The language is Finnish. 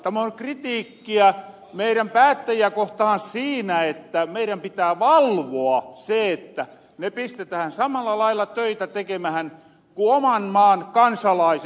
tämä on kritiikkiä meirän päättäjiä kohtahan siinä että meirän pitää valvoa se että ne pistetähän samalla lailla töitä tekemähän kun oman maan kansalaiset